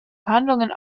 verhandlungen